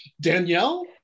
danielle